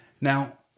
Now